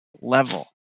level